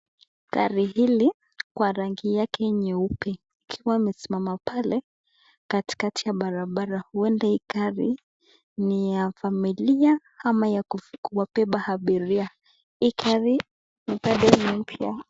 Gari hili kwa rangi yake nyeupe ikiwa imesimama pale katikati ya barabara, huenda hii gari ni ya familia ama ya kuwabeba abilia ,hii gari ingali ni mpya.